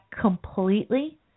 completely